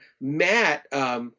Matt